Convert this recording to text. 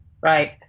Right